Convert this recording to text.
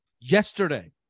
yesterday